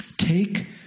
Take